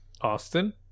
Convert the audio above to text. Austin